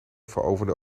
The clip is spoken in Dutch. veroverde